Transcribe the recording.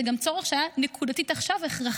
זה גם צורך שהוא נקודתי והכרחי